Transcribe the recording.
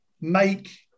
make